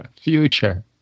Future